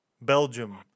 Belgium